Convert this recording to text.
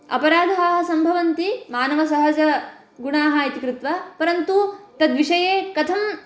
अपराधाः सम्भवन्ति मानवसहजगुणाः इति कृत्वा परन्तु तद्विषये कथं